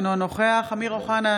אינו נוכח אמיר אוחנה,